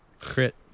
crit